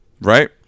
Right